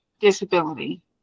disability